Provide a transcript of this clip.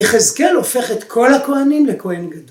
יחזקאל הופך את כל הכוהנים לכוהן גדול.